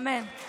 אמן.